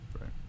right